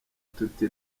tuti